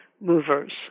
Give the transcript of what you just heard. movers